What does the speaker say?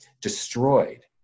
destroyed